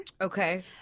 Okay